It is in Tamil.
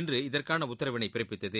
இன்று இதற்கான உத்தரவினை பிறப்பித்தது